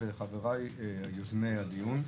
ולחבריי יוזמי הדיון.